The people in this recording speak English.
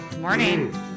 morning